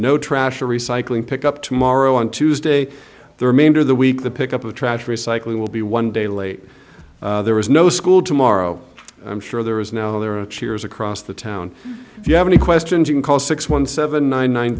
no trash or recycling pick up tomorrow on tuesday the remainder of the week the pick up of trash recycling will be one day late there was no school tomorrow i'm sure there is now there are cheers across the town if you have any questions you can call six one seven nine